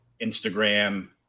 instagram